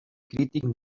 crític